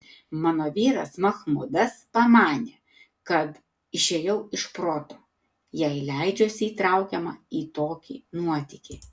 mano vyras machmudas pamanė kad išėjau iš proto jei leidžiuosi įtraukiama į tokį nuotykį